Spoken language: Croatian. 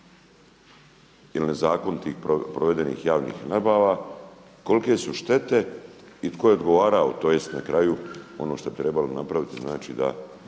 ili nezakonitih provedenih javnih nabava, kolike su štete i tko je odgovarao tj. na kraju ono što bi trebalo napraviti da dođe